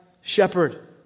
shepherd